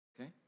okay